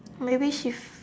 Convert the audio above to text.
maybe she